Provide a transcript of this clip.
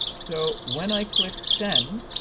so, when i click send,